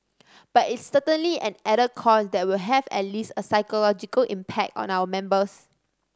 but it's certainly an added cost that will have at least a psychological impact on our members